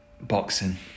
boxing